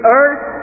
earth